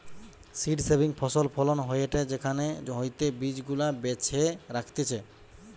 seed saving ফসল ফলন হয়টে সেখান হইতে বীজ গুলা বেছে রাখতিছে